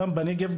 גם בנגב,